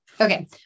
Okay